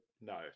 No